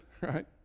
right